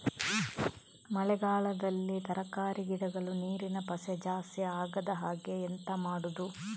ಮಳೆಗಾಲದಲ್ಲಿ ತರಕಾರಿ ಗಿಡಗಳು ನೀರಿನ ಪಸೆ ಜಾಸ್ತಿ ಆಗದಹಾಗೆ ಎಂತ ಮಾಡುದು?